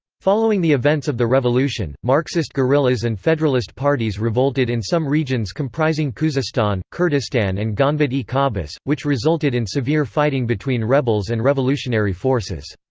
following the events of the revolution, marxist guerrillas and federalist parties revolted in some regions comprising khuzistan, kurdistan and gonbad-e qabus, which resulted in severe fighting between rebels and revolutionary forces.